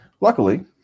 Luckily